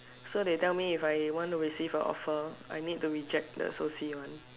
so they tell me if I want to receive a offer I need to reject the social one